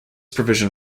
provision